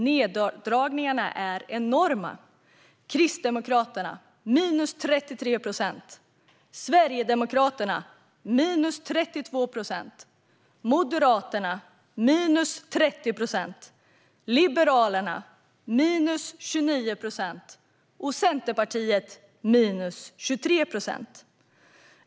Neddragningarna är enorma: Kristdemokraterna minus 33 procent, Sverigedemokraterna minus 32 procent, Moderaterna minus 30 procent, Liberalerna minus 29 procent och Centern minus 23 procent.